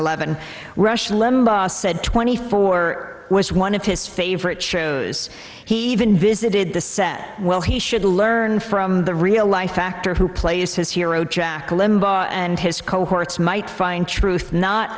eleven rush limbaugh said twenty four was one of his favorite shows he even visited the set well he should learn from the real life actor who plays his hero jack limbaugh and his cohorts might find truth not